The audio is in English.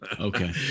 Okay